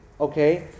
okay